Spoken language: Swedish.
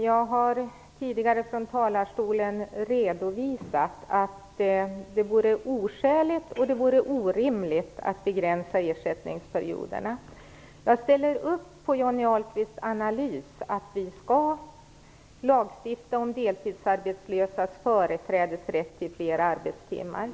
Jag har tidigare från talarstolen redovisat att det vore oskäligt och orimligt att begränsa ersättningsperioderna. Jag ställer upp på Johnny Ahlqvists analys om lagstiftning vad gäller deltidsarbetslösas företrädesrätt till fler arbetstimmar.